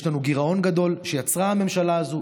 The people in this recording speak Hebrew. יש לנו גירעון גדול שיצרה הממשלה הזו,